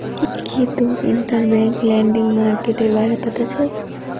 की तोक interbank lending मार्केटेर बारे पता छोक